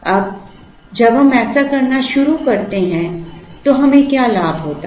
अब जब हम ऐसा करना शुरू करते हैं तो हमें क्या लाभ होता है